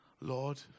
Lord